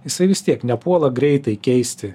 jisai vis tiek nepuola greitai keisti